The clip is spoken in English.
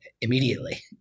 immediately